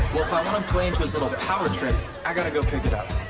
if i want to play into his little power trip, i gotta go pick it up.